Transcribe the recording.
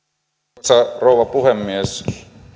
arvoisa rouva puhemies